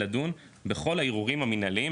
לדון בכל הערעורים המנהליים,